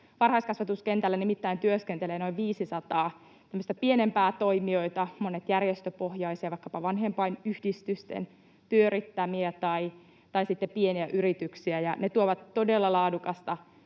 Varhaiskasvatuskentällä nimittäin työskentelee noin 500 tämmöistä pienempää toimijaa, monet järjestöpohjaisia, vaikkapa vanhempainyhdistysten pyörittämiä, tai sitten pieniä yrityksiä, ja ne tuovat todella laadukasta,